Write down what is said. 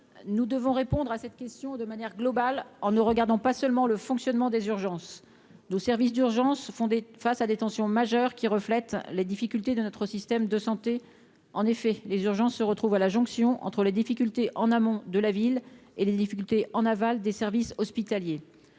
Nous devons répondre à cette question de manière globale, en ne regardant pas seulement le fonctionnement des urgences de services d'urgence fondée face à des tensions majeures qui reflète les difficultés de notre système de santé, en effet, les urgences se retrouvent à la jonction entre les difficultés en amont de la ville et les difficultés en aval des services hospitaliers